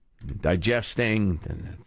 Digesting